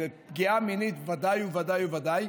ופגיעה מינית ודאי וודאי.